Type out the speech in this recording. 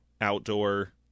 outdoor